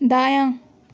دایاں